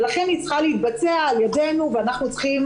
ולכן היא צריכה להתבצע על ידנו ואנחנו צריכים